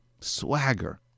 swagger